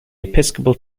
episcopal